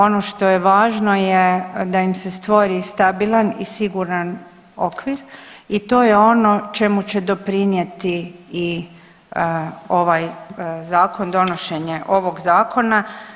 Ono što je važno je da im se stvori stabilan i siguran okvir i to je ono čemu će doprinijeti i ovaj zakon, donošenje ovog zakona.